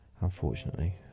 unfortunately